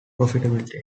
profitability